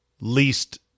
least